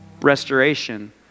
Restoration